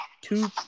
two